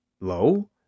low